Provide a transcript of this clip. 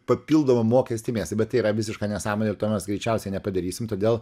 papildomą mokestį mėsai bet tai yra visiška nesąmonė ir to mes greičiausia nepadarysim todėl